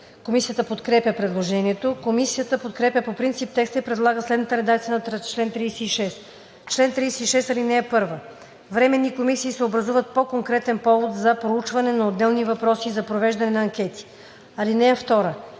Комисията подкрепя предложението. Комисията подкрепя по принцип текста и предлага следната редакция на чл. 36: „Чл. 36. (1) Временни комисии се образуват по конкретен повод, за проучване на отделни въпроси и за провеждане на анкети. (2) Временните